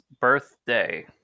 birthday